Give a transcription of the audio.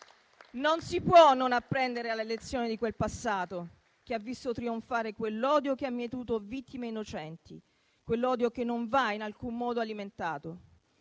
Non si può non apprendere la lezione di quel passato, che ha visto trionfare quell'odio che ha mietuto vittime innocenti, quell'odio che non va in alcun modo alimentato.